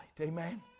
Amen